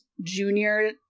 junior